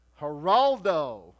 Geraldo